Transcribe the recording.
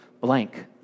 blank